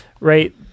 right